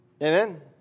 Amen